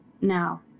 Now